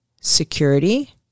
security